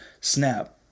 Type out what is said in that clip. Snap